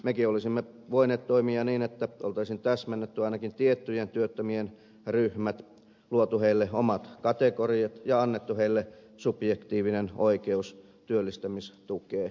mekin olisimme voineet toimia niin että oltaisiin täsmennetty ainakin tiettyjen työttömien ryhmät luotu heille omat kategoriat ja annettu heille subjektiivinen oikeus työllistämistukeen